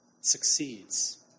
succeeds